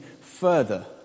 further